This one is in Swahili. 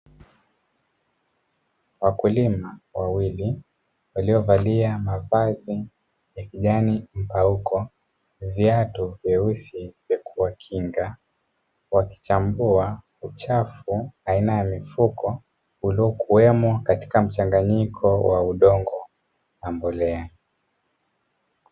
Wakulima wawili waliovalia mavazi ya kijani mpauko, viatu vyeusi vya kuwakinga, wakichambua uchafu aina ya mifuko uliokuwemo katika mchanganyiko wa udongo na mbolea.